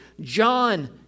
John